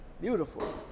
beautiful